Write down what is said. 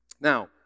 Now